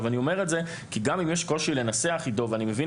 אני אומר את זה כי גם אם יש קושי לנסח ואני מבין